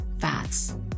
fats